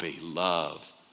love